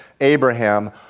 Abraham